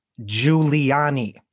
Giuliani